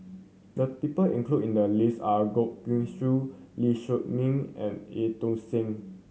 the people included in the list are Goh Guan Siew Lee Meng and Eu Tong Sen